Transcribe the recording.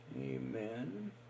Amen